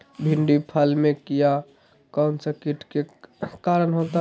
भिंडी फल में किया कौन सा किट के कारण होता है?